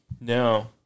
No